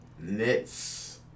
Nets